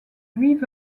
huit